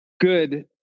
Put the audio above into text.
good